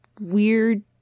weird